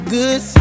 good